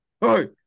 hey